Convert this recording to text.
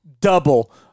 double